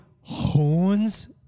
horns